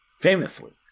Famously